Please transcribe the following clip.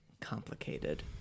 complicated